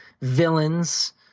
villains